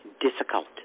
difficult